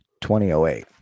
2008